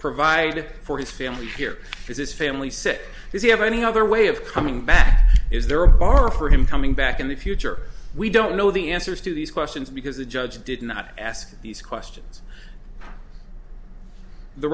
provided for his family here his family said if you have any other way of coming back is there a bar for him coming back in the future we don't know the answers to these questions because the judge did not ask these questions the